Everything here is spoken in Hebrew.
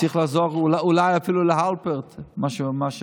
צריך לחזור אולי אפילו להלפרט, למה שהיה.